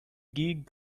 greek